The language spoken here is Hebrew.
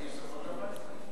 חיסכון לבית.